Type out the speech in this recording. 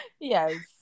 Yes